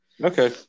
Okay